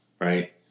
right